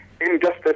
Injustice